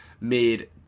made